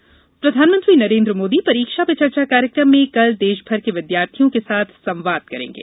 परीक्षा चर्चा प्रधानमंत्री नरेन्द्र मोदी परीक्षा पे चर्चा कार्यक्रम में कल देशभर के विद्यार्थियों के साथ संवाद करेंगे